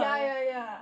ya ya ya